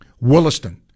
Williston